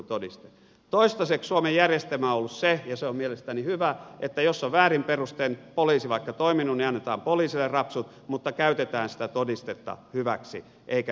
toistaiseksi suomen järjestelmä on ollut se ja se on mielestäni hyvä että jos on väärin perustein vaikka poliisi toiminut niin annetaan poliisille rapsut mutta käytetään sitä todistetta hyväksi eikä jätetä sitä käyttämättä